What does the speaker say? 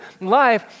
life